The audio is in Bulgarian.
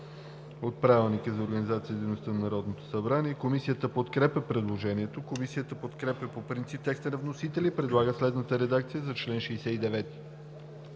от Правилника. Комисията подкрепя предложението. Комисията подкрепя по принцип текста на вносителя и предлага следната редакция за чл.